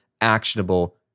actionable